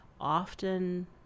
often